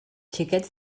xiquets